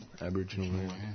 Aboriginal